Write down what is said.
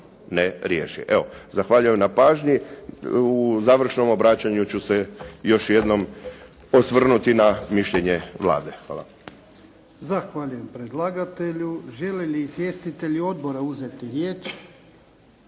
ne riješi. Zahvaljujem na pažnji. U završnom obraćanju ću se još jednom osvrnuti na mišljenje Vlade. **Jarnjak, Ivan (HDZ)** Zahvaljujem predlagatelju. Žele li izvjestitelji odbora uzeti riječ?